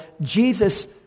Jesus